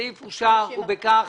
הסעיף אושר, ובכך